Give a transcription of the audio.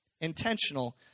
intentional